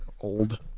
old